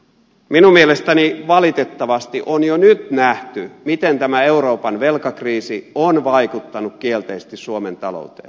minun mielestäni valitettavasti on jo nyt nähty miten tämä euroopan velkakriisi on vaikuttanut kielteisesti suomen talouteen